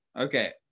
Okay